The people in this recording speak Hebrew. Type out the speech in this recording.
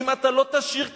אם אתה לא תשיר כמונו,